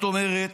את אומרת,